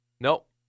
Nope